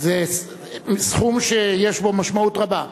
26 בעד, זה סכום שיש לו משמעות רבה.